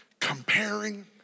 comparing